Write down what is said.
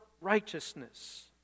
righteousness